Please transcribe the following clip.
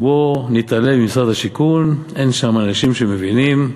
בוא נתעלם ממשרד השיכון, אין שם אנשים שמבינים,